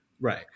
Right